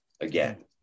again